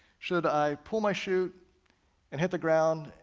should i pull my chute and hit the ground,